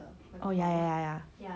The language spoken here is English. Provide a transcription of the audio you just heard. oh ya ya ya ya